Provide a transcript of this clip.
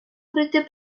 пройти